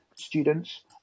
students